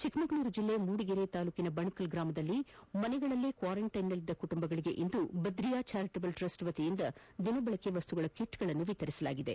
ಚಿಕ್ಕಮಗಳೂರು ಜಿಲ್ಲೆಯ ಮೂಡಿಗೆರೆ ತಾಲೂಕಿನ ಬಣಕಲ್ ಗ್ರಾಮದಲ್ಲಿ ಮನೆಗಳಲ್ಲೇ ಕ್ವಾರಂಟೈನ್ನಲ್ಲಿದ್ದ ಕುಟುಂಬಗಳಿಗೆ ಇಂದು ಬದ್ರಿಯಾ ಚಾರಿಟೇಬಲ್ ಟ್ರಸ್ಟ್ ವತಿಯಿಂದ ದಿನಬಳಕೆಯ ವಸ್ತುಗಳ ಕಿಟ್ಗಳನ್ನು ವಿತರಿಸಲಾಯಿತು